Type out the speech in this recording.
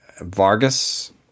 Vargas